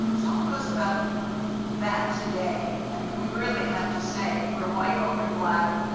ah talk to us about that today. i mean, we really have to say we're white or we're black,